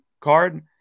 card